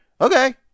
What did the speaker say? Okay